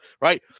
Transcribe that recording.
right